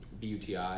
BUTI